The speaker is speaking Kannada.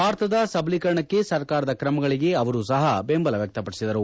ಭಾರತದ ಸಬಲೀಕರಣಕ್ಕೆ ಸರ್ಕಾರದ ಕ್ರಮಗಳಿಗೆ ಅವರೂ ಸಹ ಬೆಂಬಲ ವ್ಯಕ್ತಪಡಿಸಿದರು